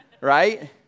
right